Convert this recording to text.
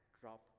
drop